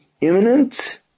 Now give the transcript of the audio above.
imminent